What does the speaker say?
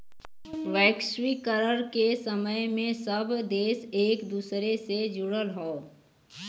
वैश्वीकरण के समय में सब देश एक दूसरे से जुड़ल हौ